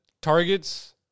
Targets